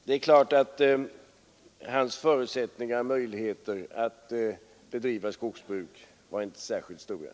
Det är uppenbart att hans förutsättningar att bedriva skogsbruk inte var särskilt stora.